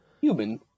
human